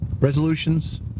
Resolutions